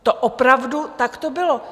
To opravdu takto bylo.